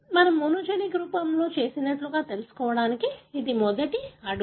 మనము మోనోజెనిక్ రూపంలో చేసినట్లుగా తెలుసుకోవడానికి ఇది మొదటి అడుగు